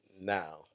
now